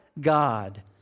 God